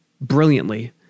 brilliantly